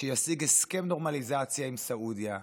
שישיג הסכם נורמליזציה עם סעודיה,